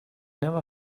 never